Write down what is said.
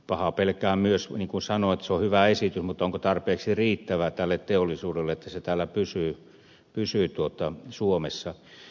pahaa pelkään myös niin kuin sanoin että vaikka se on hyvä esitys onko se riittävä tälle teollisuudelle että se pysyy täällä suomessa